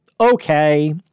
Okay